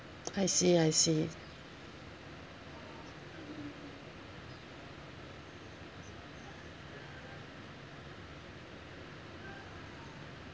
I see I see